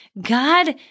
God